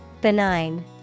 Benign